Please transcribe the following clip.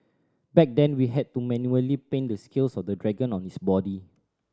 back then we had to manually paint the scales of the dragon on its body